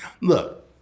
look